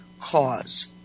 cause